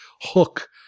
hook